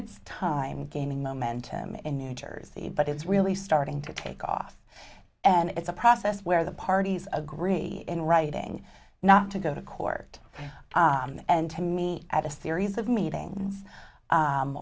it's time gaining momentum in new jersey but it's really starting to take off and it's a process where the parties agree in writing not to go to court and to me at a series of meetings